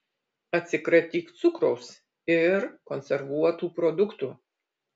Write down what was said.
atsikratyk cukraus ir konservuotų produktų